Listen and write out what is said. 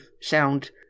sound